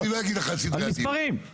אני מבקש שתבהירי - על מה מתבססת ההערכה שלכם?